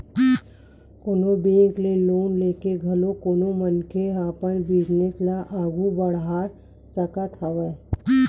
कोनो बेंक ले लोन लेके घलो कोनो मनखे ह अपन बिजनेस ल आघू बड़हा सकत हवय